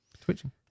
Twitching